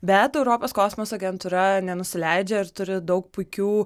bet europos kosmoso agentūra nenusileidžia ir turi daug puikių